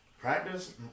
Practice